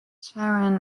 sharon